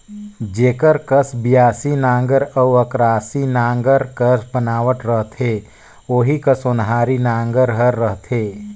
जेकर कस बियासी नांगर अउ अकरासी नागर कर बनावट रहथे ओही कस ओन्हारी नागर हर रहथे